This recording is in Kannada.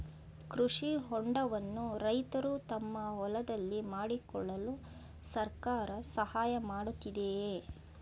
ಕೃಷಿ ಹೊಂಡವನ್ನು ರೈತರು ತಮ್ಮ ಹೊಲದಲ್ಲಿ ಮಾಡಿಕೊಳ್ಳಲು ಸರ್ಕಾರ ಸಹಾಯ ಮಾಡುತ್ತಿದೆಯೇ?